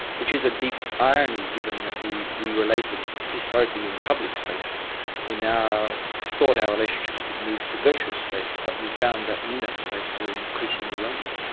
which is a deep irony given that we we related historically in public space and we now thought our relationships would move to virtual space but we found that in that space we are increasingly lonely.